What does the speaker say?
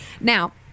Now